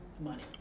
money